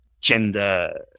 gender